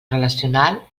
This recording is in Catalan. relacional